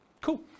Cool